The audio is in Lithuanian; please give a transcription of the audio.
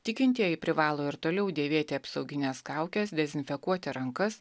tikintieji privalo ir toliau dėvėti apsaugines kaukes dezinfekuoti rankas